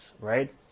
right